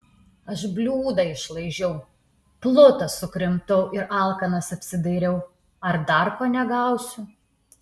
aš bliūdą išlaižiau plutą sukrimtau ir alkanas apsidairiau ar dar ko negausiu